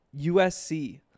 USC